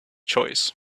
choice